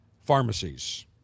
Pharmacies